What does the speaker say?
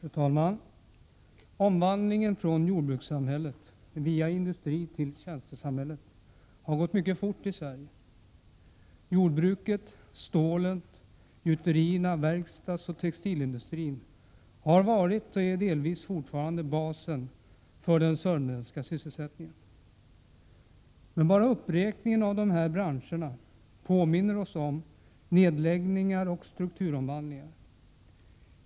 Fru talman! Omvandlingen från jordbrukssamhälle, via industrisamhälle, till tjänstesamhälle har gått mycket fort i Sverige. Jordbruket, stålet, gjuterierna, verkstadsoch textilindustrin har varit och är delvis fortfarande basen för den södermanländska sysselsättningen. Men bara uppräkningen av de här branscherna påminner oss om nedläggningar och strukturomvandlingar.